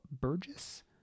Burgess